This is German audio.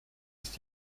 ist